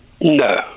No